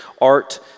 art